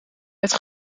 het